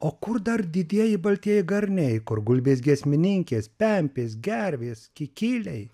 o kur dar didieji baltieji garniai kur gulbės giesmininkės pempės gervės kikiliai